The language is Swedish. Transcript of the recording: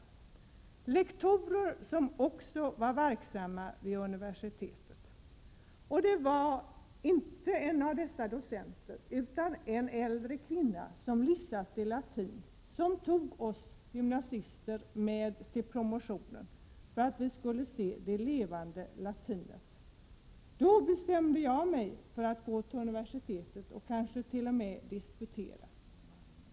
Det var lektorer som också var verksamma vid universitet. Ingen av dem men väl en äldre kvinna, som hade en fil. lic.-examen i latin, tog med oss gymnasister till en promotion på universitetet. Hon ville att vi skulle få se det levande latinet. Jag bestämde mig då för att fortsätta mina studier på universitetet och kanske även jag disputera.